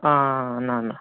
అన్నా అన్నా